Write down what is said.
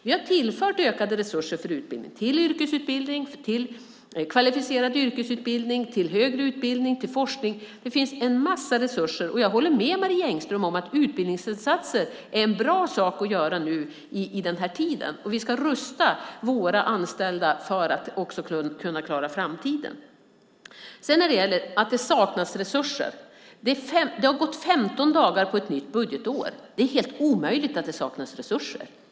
Vi har tillfört ökade resurser för utbildning, till yrkesutbildning, kvalificerad yrkesutbildning, högre utbildning och forskning. Det finns en massa resurser. Jag håller med Marie Engström om att utbildningsinsatser är en bra sak att göra nu i den här tiden. Vi ska rusta våra anställda för att kunna klara framtiden. När det gäller att det saknas resurser har det gått 15 dagar på ett nytt budgetår. Det är helt omöjligt att det saknas resurser.